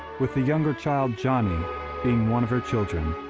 with the younger child johnny being one of her children.